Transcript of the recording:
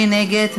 מי נגד?